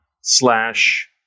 slash